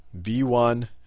b1